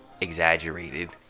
exaggerated